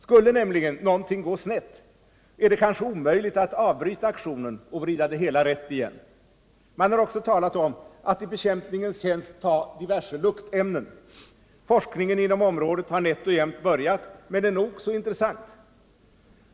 Skulle nämligen något gå snett, är det kanske omöjligt att avbryta aktionen och vrida det hela rätt igen. Man har också talat om att i bekämpningens tjänst ta diverse luktämnen. Forskningen inom området har nätt och jämnt börjat men är nog så intressant.